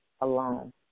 alone